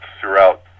throughout